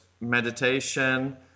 meditation